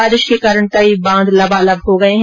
बारिश के कारण कई बांध लबालब हो गए है